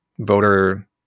voter